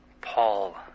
Paul